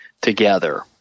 together